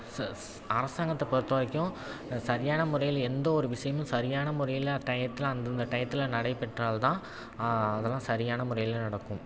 ச அரசாங்கத்தை பொறுத்த வரைக்கும் சரியான முறையில் எந்த ஒரு விஷயமும் சரியான முறையில் டயத்தில் அந்தந்த டயத்தில் நடைபெற்றால் தான் அதெல்லாம் சரியான முறையில் நடக்கும்